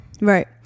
right